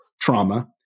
trauma